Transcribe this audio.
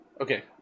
okay